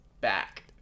back